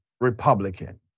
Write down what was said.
Republican